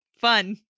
Fun